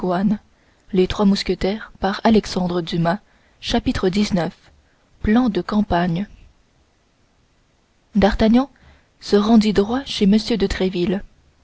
xix plan de campagne d'artagnan se rendit droit chez m de